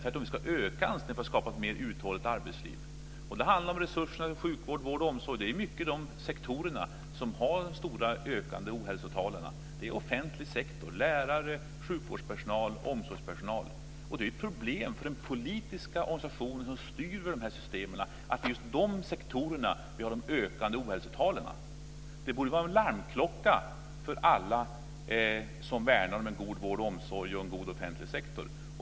Tvärtom ska vi öka, just för att skapa ett mer uthålligt arbetsliv. Det handlar om resurserna inom sjukvård, vård och omsorg. Det är ju i stor utsträckning inom de sektorerna som de stora och ökande ohälsotalen finns. Det gäller alltså den offentliga sektorn - lärare, sjukvårdspersonal och omsorgspersonal. Detta är ett problem för den politiska organisation som styr de här systemen att det är just inom nämnda sektorer som vi har de ökande ohälsotalen. Detta borde vara en larmklocka för alla som värnar om god vård och omsorg och om en god offentlig sektor.